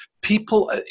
People